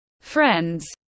friends